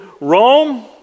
Rome